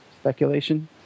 speculation